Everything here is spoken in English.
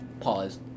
Pause